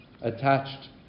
attached